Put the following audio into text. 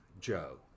Joe